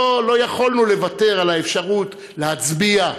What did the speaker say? לא יכולנו לוותר על האפשרות להצביע,